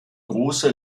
große